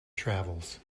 travels